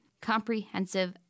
comprehensive